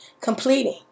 completing